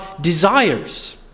desires